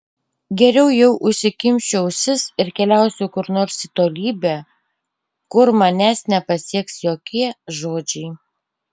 geriau jau užsikimšiu ausis ir keliausiu kur nors į tolybę kur manęs nepasieks jokie žodžiai